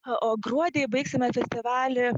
o gruodį baigsime festivalį